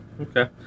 Okay